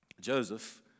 Joseph